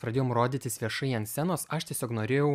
pradėjom rodytis viešai ant scenos aš tiesiog norėjau